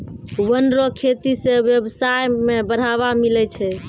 वन रो खेती से व्यबसाय में बढ़ावा मिलै छै